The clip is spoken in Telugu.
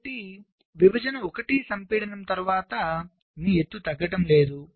కాబట్టి విభజన 1డి సంపీడనం తరువాత మీ ఎత్తు తగ్గడం లేదు